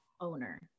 owner